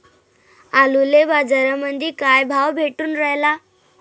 आलूले बाजारामंदी काय भाव भेटून रायला?